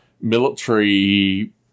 military